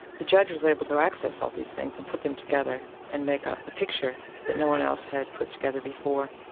the judge was able to access all these things and put them together and make a picture that no one else had put together before.